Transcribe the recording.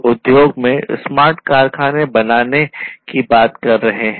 लोग उद्योगों में स्मार्ट कारखाने बनाने की बात कर रहे हैं